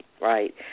right